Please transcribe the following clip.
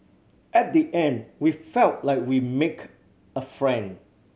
at the end we felt like we make a friend